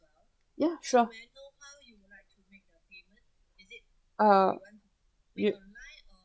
ya sure uh you